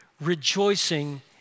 rejoicing